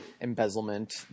embezzlement